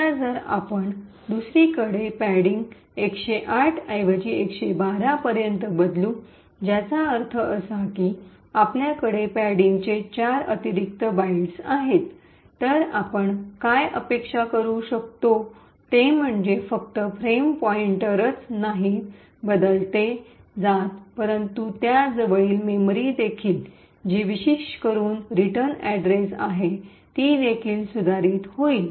आता जर आपण दुसरीकडे पॅडिंग १०८ एवजी ११२ पर्यंत बदलू ज्याचा अर्थ असा की आपल्याकडे पॅडिंगचे चार अतिरिक्त बाइट्स आहेत तर आपण काय अपेक्षा करू शकतो ते म्हणजे फक्त फ्रेम पॉईंटरच नाही बदलले जात परंतु त्या जवळील मेमरी देखील जी विशेष करून रिटर्न अड्रेस आहे ती देखील सुधारित होईल